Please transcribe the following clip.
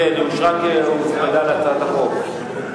כן, היא אושרה, הוצמדה להצעת החוק.